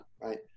right